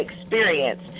experience